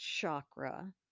chakra